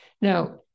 Now